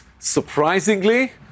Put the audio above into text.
surprisingly